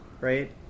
Right